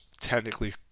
technically